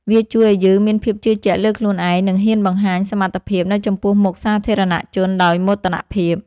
វាជួយឱ្យយើងមានភាពជឿជាក់លើខ្លួនឯង និងហ៊ានបង្ហាញសមត្ថភាពនៅចំពោះមុខសាធារណជនដោយមោទនភាព។